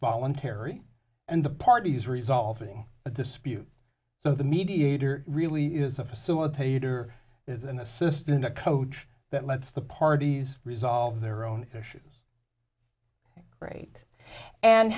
voluntary and the parties resolving a dispute so the mediator really is a facilitator is an assistant coach that lets the parties resolve their own issues great and